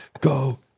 Go